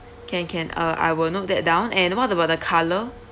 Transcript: can can uh I will note that down and what about the colour